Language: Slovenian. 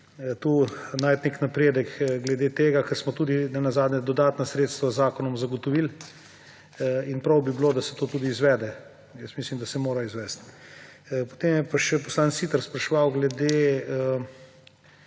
tu najti nek napredek glede tega, ker smo tudi nenazadnje dodatna sredstva z zakonom zagotovili. In prav bi bilo, da se to tudi izvede. Mislim, da se mora izvesti. Potem je pa še poslanec Siter spraševal glede